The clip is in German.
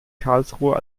karlsruhe